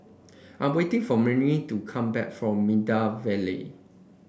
I'm waiting for Mirtie to come back from Maida Vale